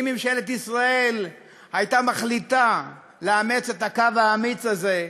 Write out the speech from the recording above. אם ממשלת ישראל הייתה מחליטה לאמץ את הקו האמיץ הזה,